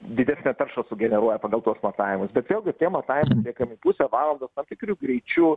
didesnę taršą sugeneruoja pagal tuos matavimus bet vėlgi tie matavimai pusę valandos tam tikru greičiu